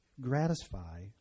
gratify